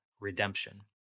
redemption